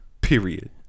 Period